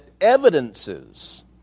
evidences